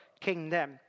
kingdom